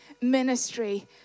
ministry